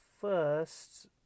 first